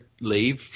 leave